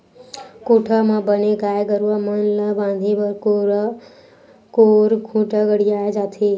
कोठा म बने गाय गरुवा मन ल बांधे बर कोरे कोर खूंटा गड़ियाये जाथे